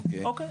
אוקי.